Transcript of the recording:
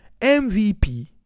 MVP